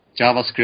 JavaScript